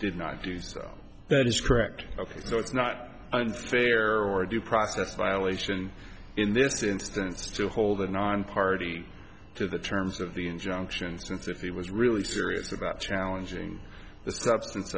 did not do so that is correct ok so it's not unfair or due process violation in this instance to hold a nonparty to the terms of the injunction since if he was really serious about challenging the substance